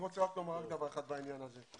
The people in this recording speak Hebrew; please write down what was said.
אני רוצה רק לומר דבר אחד בעניין הזה.